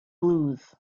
blues